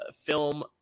film